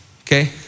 Okay